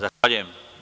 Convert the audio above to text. Zahvaljujem.